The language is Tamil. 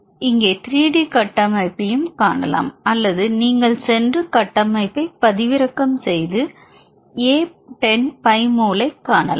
இங்கே 3D கட்டமைப்பையும் காணலாம் அல்லது நீங்கள் சென்று கட்டமைப்பை பதிவிறக்கம் செய்து a10 பை மோலைக் காணலாம்